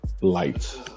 Light